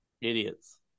Idiots